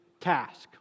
Task